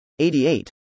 88